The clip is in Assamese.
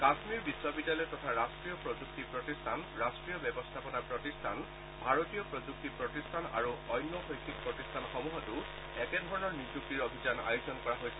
কাশ্মীৰ বিশ্ববিদ্যালয় তথা ৰাষ্টীয় প্ৰযুক্তি প্ৰতিষ্ঠান ৰাষ্ট্ৰীয় ব্যৰস্থাপনা প্ৰতিষ্ঠান ভাৰতীয় প্ৰযুক্তি প্ৰতিষ্ঠান আৰু অন্য শৈক্ষিক প্ৰতিষ্ঠানসমূহতো একেধৰণৰ নিযুক্তিৰ অভিযান আয়োজন কৰা হব